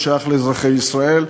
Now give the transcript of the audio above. הוא שייך לאזרחי ישראל,